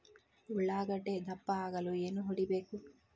ಉಳ್ಳಾಗಡ್ಡೆ ದಪ್ಪ ಆಗಲು ಏನು ಹೊಡಿಬೇಕು?